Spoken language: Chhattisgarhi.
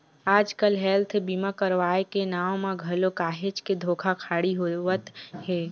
आजकल हेल्थ बीमा करवाय के नांव म घलो काहेच के धोखाघड़ी होवत हे